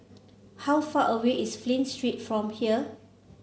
how far away is Flint Street from here